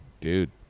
dude